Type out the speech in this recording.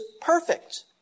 perfect